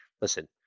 listen